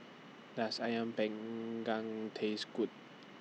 Does Ayam Panggang Taste Good